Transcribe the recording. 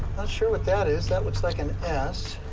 not sure what that is. that looks like an s.